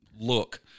Look